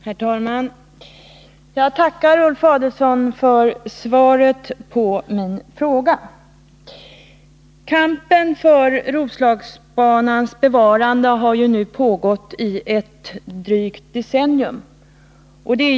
Herr talman! Jag tackar Ulf Adelsohn för svaret på min fråga. Kampen för Roslagsbanans bevarande har nu pågått i drygt ett decennium.